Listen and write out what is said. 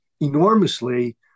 enormously